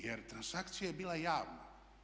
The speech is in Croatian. Jer transakcija je bila javna.